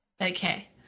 Okay